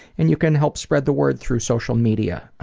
and you can help spread the word through social media.